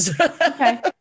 Okay